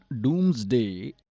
doomsday